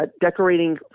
decorating